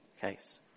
case